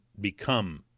become